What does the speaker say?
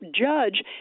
judge